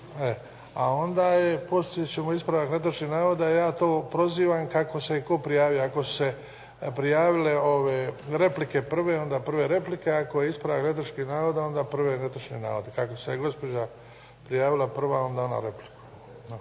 A onda je, poslije ćemo ispravke netočnih navoda. Ja to prozivam kako se tko prijavio. Ako su se prijavile ove replike prve, onda prve replike, ako je ispravak netočnih navoda, onda prve netočni navodi. Ako se je gospođa prijavila prva, onda ona repliku.